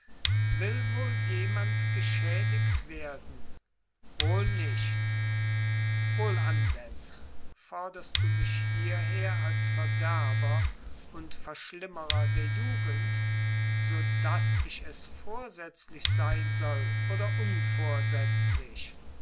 wohl jemand geschädigt werden wohl nicht wohlan denn forderst du mich hierher als verderber und verschlimmerer der jugend so daß ich es vorsätzlich sein soll oder